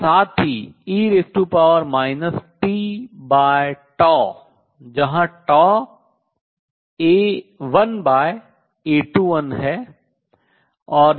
और साथ ही e tτ जहां 1A21 है